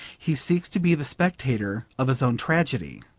he seeks to be the spectator of his own tragedy.